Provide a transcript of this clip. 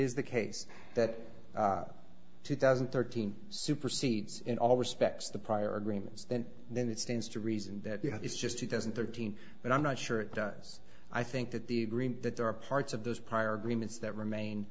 is the case that two thousand and thirteen supersedes in all respects the prior agreements then then it stands to reason that you know it's just two thousand and thirteen but i'm not sure it does i think that the that there are parts of those prior agreements that remain